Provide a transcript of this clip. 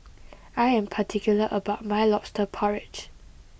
I am particular about my Lobster Porridge